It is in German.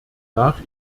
nach